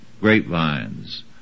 grapevines